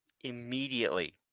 Immediately